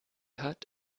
hat